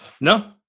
No